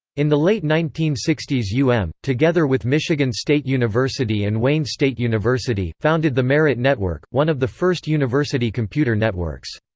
in the late nineteen sixty s u m, together with michigan state university and wayne state university, founded the merit network, one of the first university computer networks.